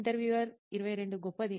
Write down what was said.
interviewer 22 గొప్పది